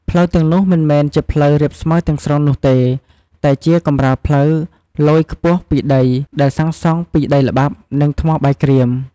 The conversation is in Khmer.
ផ្លូវទាំងនោះមិនមែនជាផ្លូវរាបស្មើទាំងស្រុងនោះទេ តែជា កម្រាលផ្លូវលយខ្ពស់ពីដី ដែលសាងសង់ពីដីល្បាប់ និងថ្មបាយក្រៀម។